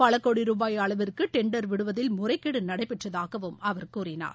பல கோடி ரூபாய் அளவிற்கு டெண்டர் விடுவதில் முறைகேடு நடைபெற்றதாகவும் அவர் கூறினார்